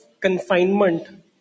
confinement